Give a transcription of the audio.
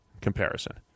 comparison